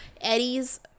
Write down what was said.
Eddie's